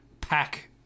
pack